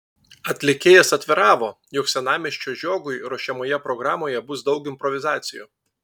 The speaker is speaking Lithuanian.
atlikėjas atviravo jog senamiesčio žiogui ruošiamoje programoje bus daug improvizacijų